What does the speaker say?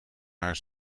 haar